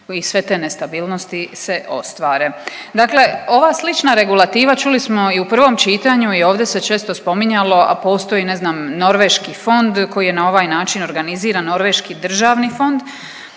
i sve te nestabilnosti se ostvare. Dakle ova slična regulativa, čuli smo i u prvom čitanju i ovdje se često spominjalo, a postoji i ne znam, norveški fond koji je na ovaj način organiziran, norveški državni fond,